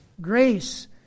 grace